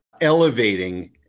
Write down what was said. elevating